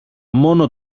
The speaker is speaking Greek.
μόνο